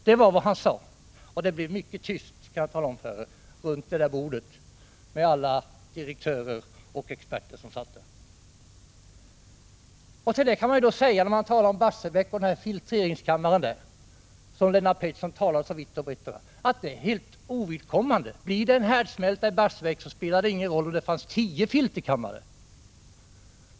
Det var det han sade, och det blev mycket tyst runt bordet bland alla direktörer och experter som satt där. När man talar om Barsebäck och filtreringskammaren, som Lennart Pettersson talade så vitt och brett om, kan man konstatera att den är helt ovidkommande. Blir det en härdsmälta i Barsebäck, spelar det ingen roll om det så funnes tio filterkammare.